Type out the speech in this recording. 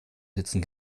sitzen